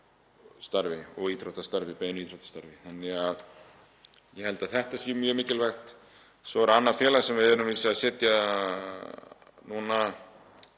Ég held að þetta sé mjög mikilvægt. Svo er annað félag sem við erum að vísu að setja núna